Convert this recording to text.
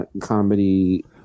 comedy